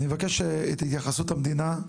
אני מבקש את התייחסות המדינה.